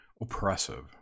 oppressive